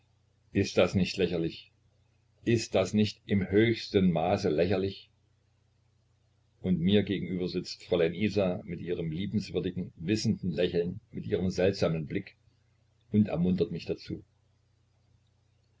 ist das nicht lächerlich ist das nicht im höchsten maße lächerlich und mir gegenüber sitzt fräulein isa mit ihrem liebenswürdigen wissenden lächeln mit ihrem seltsamen blick und ermuntert mich dazu